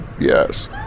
yes